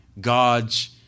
God's